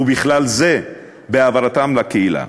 ובכלל זה העברתם לקהילה.